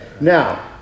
Now